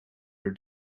your